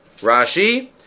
Rashi